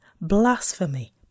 blasphemy